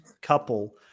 couple